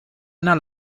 einer